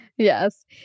Yes